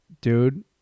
dude